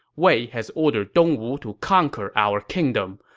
wei has ordered dongwu to conquer our kingdom.